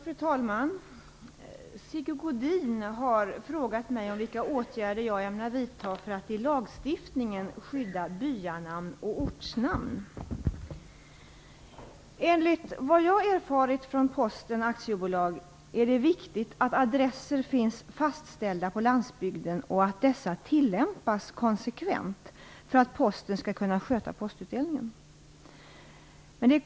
Fru talman! Sigge Godin har frågat mig om vilka åtgärder jag ämnar vidta för att i lagstiftningen skydda byanamn och ortnamn. Enligt vad jag har erfarit från Posten AB är det viktigt att adresser finns fastställda på landsbygden och att dessa tillämpas konsekvent för att Posten skall kunna sköta postutdelningen.